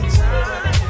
time